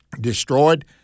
destroyed